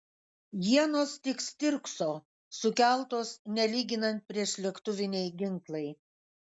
ienos tik stirkso sukeltos nelyginant priešlėktuviniai ginklai